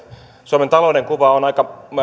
suomen talouden kuva on aika